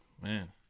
Man